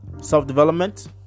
self-development